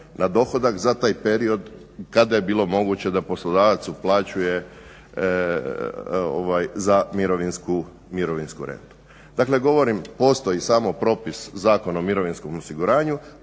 na dohodak za taj period kada je bilo moguće da poslodavac uplaćuje za mirovinsku reformu. Dakle, govorim postoji samo propis Zakon o mirovinskom osiguranju,